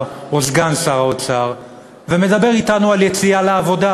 או סגן שר האוצר ומדבר אתנו על יציאה לעבודה,